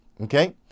okay